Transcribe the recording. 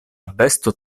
besto